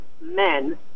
men